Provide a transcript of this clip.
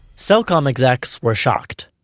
cellcom execs were shocked.